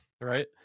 right